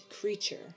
creature